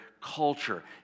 culture